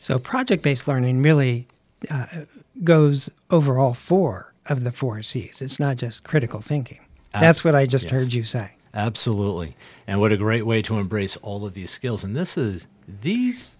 so project based learning really goes over all four of the forty six it's not just critical thinking that's what i just heard you say absolutely and what a great way to embrace all of these skills and this is these